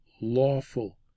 lawful